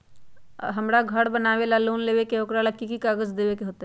हमरा घर बनाबे ला लोन लेबे के है, ओकरा ला कि कि काग़ज देबे के होयत?